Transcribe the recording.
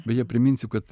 beje priminsiu kad